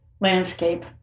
landscape